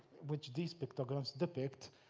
which these pictograms depict,